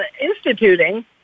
instituting